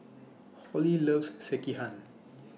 Holly loves Sekihan